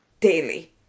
daily